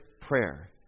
prayer